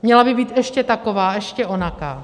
Měla by být ještě taková, ještě onaká.